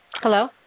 Hello